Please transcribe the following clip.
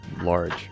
large